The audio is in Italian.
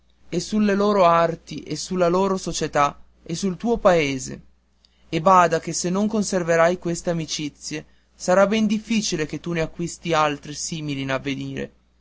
e sulle loro arti e sulla loro società e sul tuo paese e bada che se non conserverai queste amicizie sarà ben difficile che tu ne acquisti altre simili in avvenire